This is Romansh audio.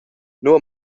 nua